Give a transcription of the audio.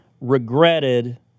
regretted